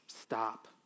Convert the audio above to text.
stop